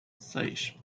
seis